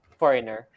foreigner